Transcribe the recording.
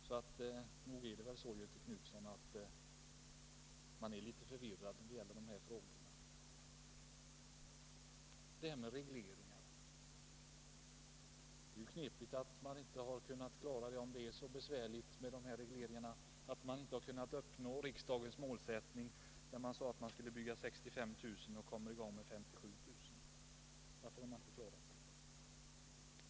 Så nog är väl ändå Göthe Knutson litet förvirrad när det gäller dessa frågor. Det här med regleringar är ju knepigt. Är det så besvärligt med dessa regleringar att man inte har kunnat uppnå riksdagens målsättning? Man sade att man skulle bygga 65 000 lägenheter och kommer i gång med 57 000. Varför har man inte klarat det?